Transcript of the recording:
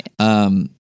Right